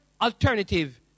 alternative